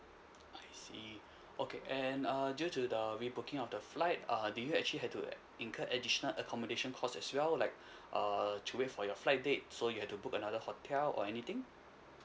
I see okay and err due to the rebooking of the flight err did you actually had to incur additional accommodation cost as well like uh to wait for your flight date so you had to book another hotel or anything